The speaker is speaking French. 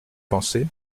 pensé